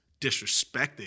disrespected